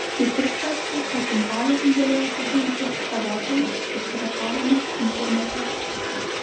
kiti svarstė kad tinklalapiui galėjo pakenkti kovotojai su piratavimu internete